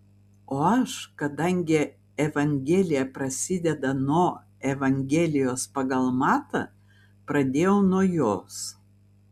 o aš kadangi evangelija prasideda nuo evangelijos pagal matą pradėjau nuo jos